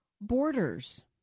borders